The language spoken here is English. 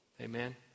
Amen